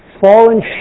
fallen